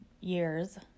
years